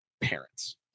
parents